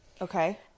Okay